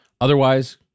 Otherwise